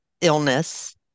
illness